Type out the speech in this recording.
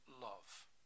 love